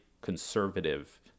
conservative